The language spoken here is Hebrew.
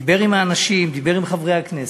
דיבר עם האנשים, דיבר עם חברי הכנסת.